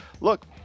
look